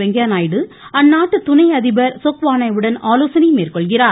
வெங்கய்ய நாயுடு அந்நாட்டு துணை அதிபர் ஸொக்வானே யுடன் ஆலோசனை மேற்கொள்கிறார்